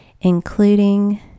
including